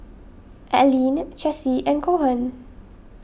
Aleen Chessie and Cohen